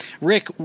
Rick